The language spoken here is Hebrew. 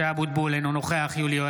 (קורא בשמות חברי הכנסת) משה אבוטבול,